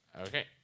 Okay